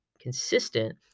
consistent